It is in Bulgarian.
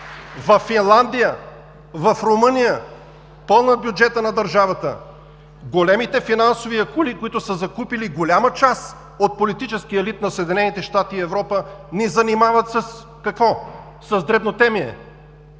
във Финландия, в Румъния пълнят бюджета на държавата, големите финансови акули, които са закупили голяма част от политическия елит на САЩ и Европа, ни занимават – с какво?